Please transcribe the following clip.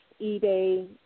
eBay